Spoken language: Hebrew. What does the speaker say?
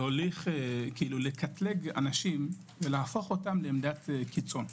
ניסיון לקטלג אנשים, ולהפוך אותם לעמדת קיצון.